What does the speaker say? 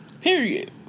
Period